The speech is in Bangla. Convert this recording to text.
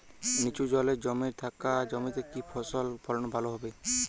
নিচু জল জমে থাকা জমিতে কি ফসল ফলন ভালো হবে?